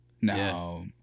no